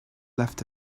left